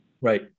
Right